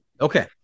Okay